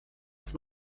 auf